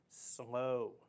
slow